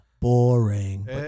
Boring